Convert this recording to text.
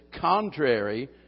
contrary